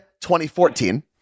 2014